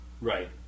Right